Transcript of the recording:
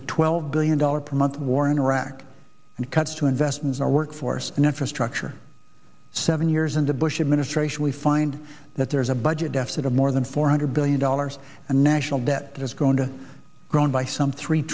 the twelve billion dollars per month war in iraq and cuts to investments our workforce and infrastructure seven years in the bush administration we find that there is a budget deficit of more than four hundred billion dollars a national debt that is going to grown by some three